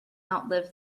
outlive